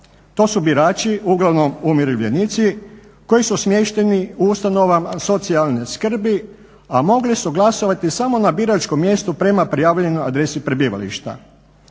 To su birači uglavnom umirovljenici koji su smješteni u ustanovama socijalne skrbi, a mogli su glasovati samo na biračkom mjestu prema prijavljenoj adresi prebivališta.